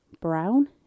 Brown